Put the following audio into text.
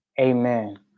amen